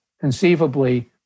conceivably